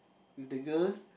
with the girls